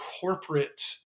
corporate